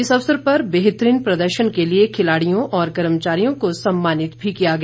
इस अवसर पर बेहतरीन प्रदर्शन के लिए खिलाड़ियों और कर्मचारियों को सम्मनित भी किया गया